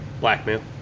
Blackmail